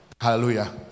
Hallelujah